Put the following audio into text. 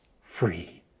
free